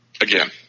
again